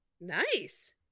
Nice